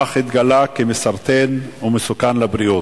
אך התגלה כמסרטן ומסוכן לבריאות.